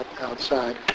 outside